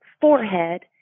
forehead